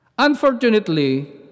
Unfortunately